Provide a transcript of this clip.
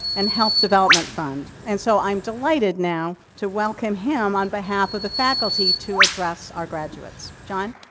and help development fund. and so, i'm delighted now, to welcome him on behalf of the faculty, to address our graduates jon.